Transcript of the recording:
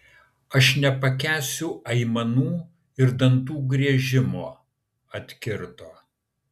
aš nepakęsiu aimanų ir dantų griežimo atkirto